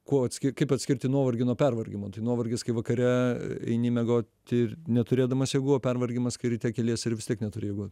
kuo atskirti kaip atskirti nuovargį nuo pervargimo tai nuovargis kai vakare eini miegoti neturėdamas jėgų o pervargimas kai ryte keliesi ir vis tiek neturi jėgų